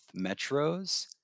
metros